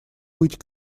быть